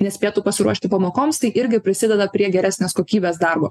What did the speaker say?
nespėtų pasiruošti pamokoms tai irgi prisideda prie geresnės kokybės darbo